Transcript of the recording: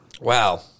Wow